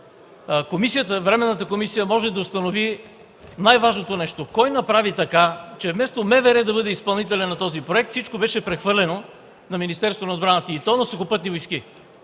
Временната комисия може да установи най-важното нещо – кой направи така, че вместо МВР да бъде изпълнителят на този проект всичко беше прехвърлено на Министерството на отбраната и то на „Сухопътни войски”?